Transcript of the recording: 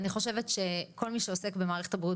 אני חושבת שכל מי שעוסק במערכת הבריאות